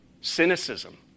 cynicism